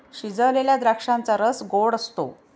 शिजवलेल्या द्राक्षांचा रस गोड असतो